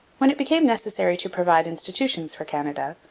when it became necessary to provide institutions for canada,